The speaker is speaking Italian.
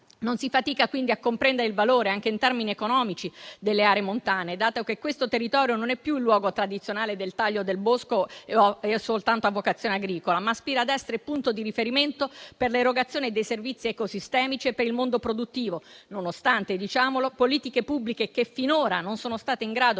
Non si fatica quindi a comprendere il valore, anche in termini economici, delle aree montane, dato che questo territorio non è più il luogo tradizionale del taglio del bosco e non ha soltanto una vocazione agricola, ma aspira ad essere punto di riferimento per l'erogazione dei servizi ecosistemici e per il mondo produttivo, nonostante politiche pubbliche che finora non sono state in grado